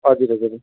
हजुर हजुर